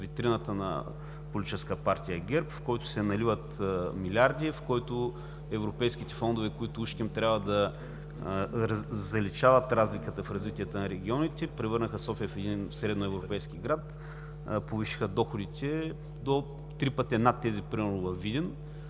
витрината на Политическа партия ГЕРБ, в който се наливат милиарди, в който европейските фондове, които ужким трябва да заличават разликата в развитията на регионите, превърнаха София в един средноевропейски град, повишиха доходите до три пъти над тези примерно във Видин,